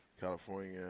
California